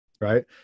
right